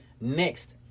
next